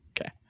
Okay